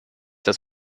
das